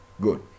Good